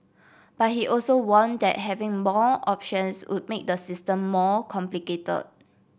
but he also warned that having more options would make the system more complicated